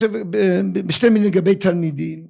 ‫בשתי מילים לגבי תלמידים.